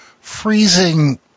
freezing